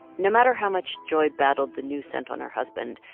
no matter how much joy battled the new scent on her husband,